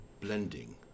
blending